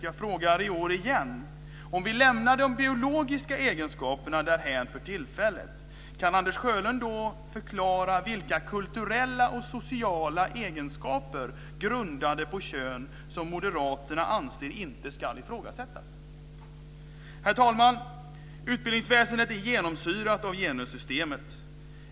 Jag frågar i år igen: Om vi lämnar de biologiska egenskaperna därhän för tillfället, kan Anders Sjölund då förklara vilka kulturella och sociala egenskaper grundade på kön som moderaterna anser inte ska ifrågasättas? Herr talman! Utbildningsväsendet är genomsyrat av genussystemet.